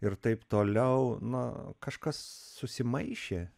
ir taip toliau na kažkas susimaišė